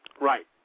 Right